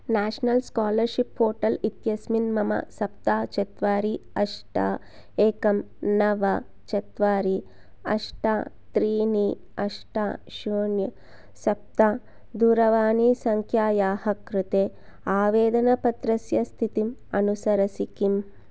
national scholarship portal इत्यस्मिन् मम सप्त चत्वारि अष्ट एकं नव चत्वारि अष्ट त्रीणि अष्ट शून्य सप्त दूरवाणीसङ्ख्यायाः कृते आवेदनपत्रस्य स्थितिं अनुसरसि किम्